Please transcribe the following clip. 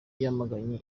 yamaganye